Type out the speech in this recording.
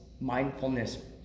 mindfulness